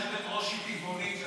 היושבת-ראש היא טבעונית.